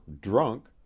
drunk